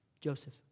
Joseph